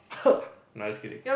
no lah just kidding